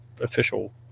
official